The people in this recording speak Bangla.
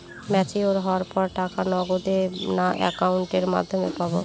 ম্যচিওর হওয়ার পর টাকা নগদে না অ্যাকাউন্টের মাধ্যমে পাবো?